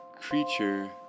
creature